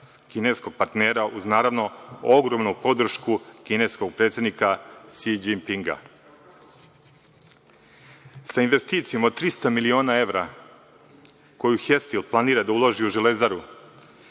uz naravno ogromnu podršku kineskog predsednika Si Đipinga. Sa investicijom od 300 miliona evra koju „Hestil“ planira da uloži u „Železaru“